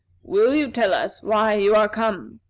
will you tell us why you are come?